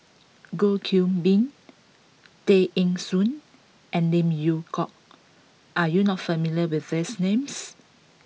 Goh Qiu Bin Tay Eng Soon and Lim Yew Hock are you not familiar with these names